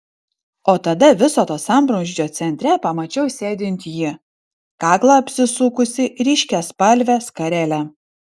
o tada viso to sambrūzdžio centre pamačiau sėdint jį kaklą apsisukusį ryškiaspalve skarele